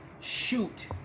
shoot